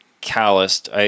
calloused